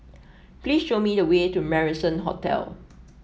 please show me the way to Marrison Hotel